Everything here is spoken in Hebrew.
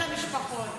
מה אתה אומר למשפחות?